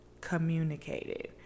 communicated